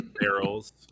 barrels